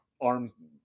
arm